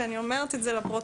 ואני אומרת את זה לפרוטוקול,